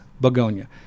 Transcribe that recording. begonia